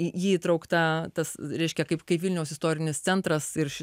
į jį įtraukta tas reiškia kaip kaip vilniaus istorinis centras ir